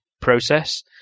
process